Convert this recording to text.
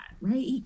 right